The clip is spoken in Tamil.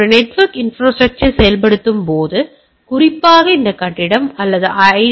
எனவே ஒரு நெட்வொர்க் இன்ப்ராஸ்ட்ரக்சர் செயல்படுத்தும்போது குறிப்பாக இந்த கட்டிடம் அல்லது ஐ